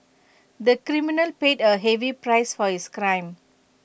the criminal paid A heavy price for his crime